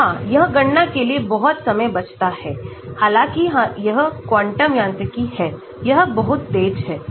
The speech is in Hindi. और हां यह गणना के लिए बहुत समय बचाता है हालांकि यह क्वांटम यांत्रिकी है यह बहुत तेज है